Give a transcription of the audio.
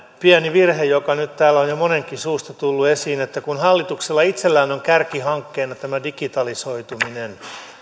pieni virhe joka nyt täällä on jo monenkin suusta tullut esiin että kun hallituksella itsellään on kärkihankkeena tämä digitalisoituminen